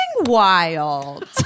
wild